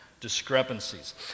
discrepancies